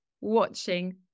watching